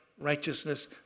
Righteousness